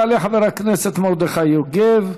יעלה חבר הכנסת מרדכי יוגב,